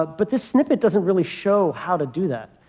but but this snippet doesn't really show how to do that.